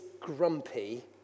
grumpy